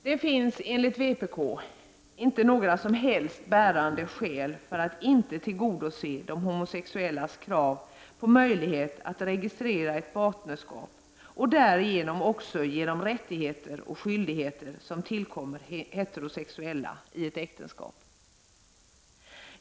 Det finns enligt vpk inte några som helst bärande skäl för att inte tillgodose de homosexuellas krav på möjlighet att registrera ett partnerskap och därigenom också ge dem rättigheter och skyldigheter som tillkommer heterosexuella i ett äktenskap.